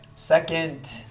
Second